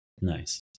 Nice